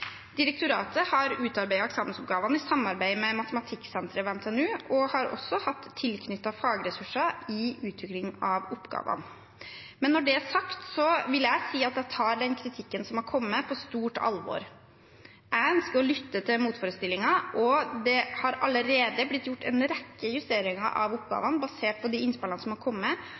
Direktoratet har utarbeidet eksamensoppgavene i samarbeid med Matematikksenteret ved NTNU og har også hatt tilknyttede fagressurser i utvikling av oppgavene. Men når det er sagt, vil jeg si at jeg tar den kritikken som er kommet, på stort alvor. Jeg ønsker å lytte til motforestillinger, og det har allerede blitt gjort en rekke justeringer av oppgavene basert på de innspillene som har kommet.